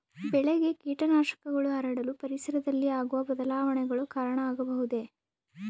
ಬೆಳೆಗೆ ಕೇಟನಾಶಕಗಳು ಹರಡಲು ಪರಿಸರದಲ್ಲಿ ಆಗುವ ಬದಲಾವಣೆಗಳು ಕಾರಣ ಆಗಬಹುದೇ?